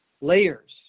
Layers